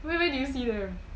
where where did you see them